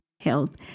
health